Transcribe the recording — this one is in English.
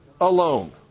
alone